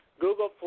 Google